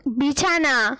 বিছানা